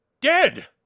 dead